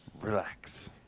Relax